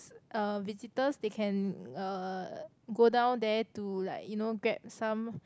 uh visitors they can uh go down there to like you know grab some